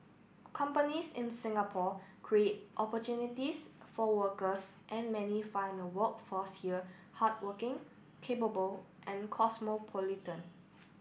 companies in Singapore create opportunities for workers and many find the workforce here hardworking capable and cosmopolitan